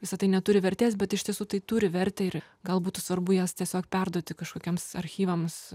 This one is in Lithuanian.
visa tai neturi vertės bet iš tiesų tai turi vertę ir gal būtų svarbu jas tiesiog perduoti kažkokiems archyvams